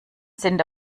sind